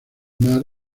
mar